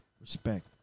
respect